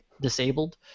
disabled